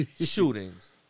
shootings